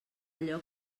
allò